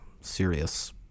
serious